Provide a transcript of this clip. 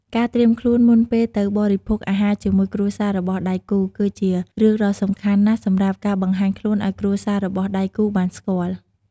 ការត្រៀមខ្លួនមុនពេលទៅបរិភោគអាហារជាមួយគ្រួសាររបស់ដៃគូ គីជារឿងដ៏សំខាន់ណាស់សម្រាប់ការបង្ហាញខ្លនឲ្យគ្រួសាររបស់ដៃគូបានស្គាល់។